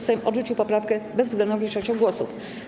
Sejm odrzucił poprawkę bezwzględną większością głosów.